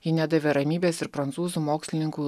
ji nedavė ramybės ir prancūzų mokslininkui